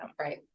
right